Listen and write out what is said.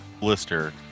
blister